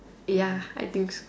ya I think so